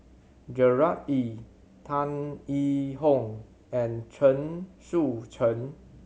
Gerard Ee Tan Yee Hong and Chen Sucheng